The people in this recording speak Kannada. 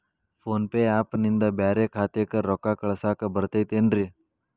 ಫೋನ್ ಪೇ ಆ್ಯಪ್ ನಿಂದ ಬ್ಯಾರೆ ಖಾತೆಕ್ ರೊಕ್ಕಾ ಕಳಸಾಕ್ ಬರತೈತೇನ್ರೇ?